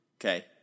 okay